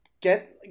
get